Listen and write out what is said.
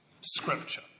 Scripture